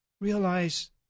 realize